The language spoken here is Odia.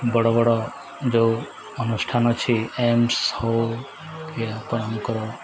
ବଡ଼ ବଡ଼ ଯେଉଁ ଅନୁଷ୍ଠାନ ଅଛି ଏମ୍ସ ହଉ କି ଆପଣଙ୍କର